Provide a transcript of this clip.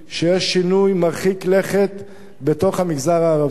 שיש שינוי מרחיק לכת בתוך המגזר הערבי.